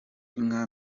inka